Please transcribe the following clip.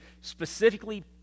specifically